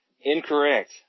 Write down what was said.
Incorrect